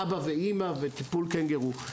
אבא ואימא בטיפול קנגורו.